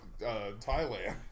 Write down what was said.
Thailand